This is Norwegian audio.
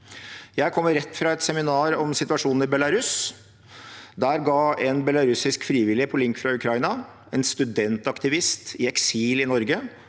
Jeg kommer rett fra et seminar om situasjonen i Belarus. Der ga en belarusisk frivillig på link fra Ukraina, en studentaktivist i eksil i Norge,